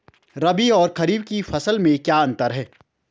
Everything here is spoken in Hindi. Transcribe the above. रबी और खरीफ की फसल में क्या अंतर है?